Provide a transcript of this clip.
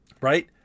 Right